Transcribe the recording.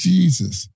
Jesus